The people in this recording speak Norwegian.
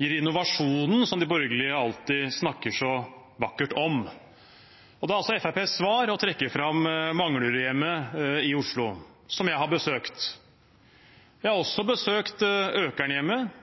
gir den innovasjonen som de borgerlige alltid snakker så vakkert om, og da er Fremskrittspartiets svar å trekke fram Manglerudhjemmet i Oslo, som jeg har besøkt. Jeg har også besøkt